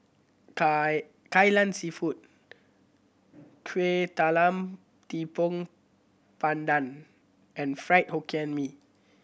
kai Kai Lan Seafood Kuih Talam Tepong Pandan and Fried Hokkien Mee